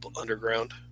underground